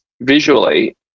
visually